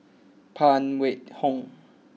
Phan Wait Hong